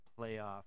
playoff